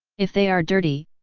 if they are dirty,